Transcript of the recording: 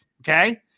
okay